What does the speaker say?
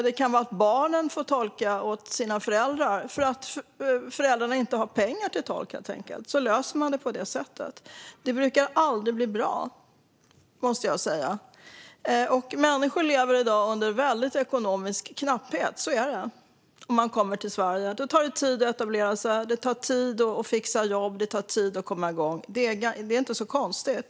Det kan vara att barnen får tolka åt sina föräldrar därför att föräldrarna inte har pengar till tolk. Då löses situationen på det sättet. Det brukar aldrig bli bra. Människor lever i dag under ekonomiskt knappa omständigheter när de kommer till Sverige. Det tar tid att etablera sig, att fixa jobb och komma igång. Det är inte så konstigt.